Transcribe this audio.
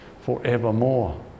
forevermore